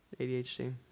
ADHD